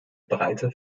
breite